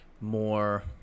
more